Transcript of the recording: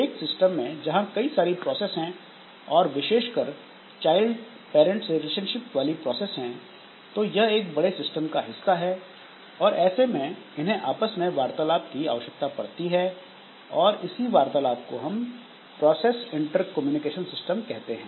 एक सिस्टम में जहां कई सारी प्रोसेस हैं और विशेषकर पैरंट चाइल्ड रिलेशनशिप वाली प्रोसेस हैं तो यह एक बड़े सिस्टम का हिस्सा है और ऐसे में इन्हें आपस में वार्तालाप की आवश्यकता पड़ती है और इसी वार्तालाप को हम प्रोसेस इंटरकम्युनिकेशन सिस्टम कहते हैं